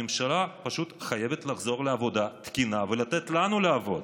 הממשלה פשוט חייבת לחזור לעבודה תקינה ולתת לנו לעבוד.